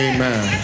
Amen